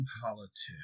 Politics